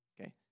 Okay